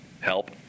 help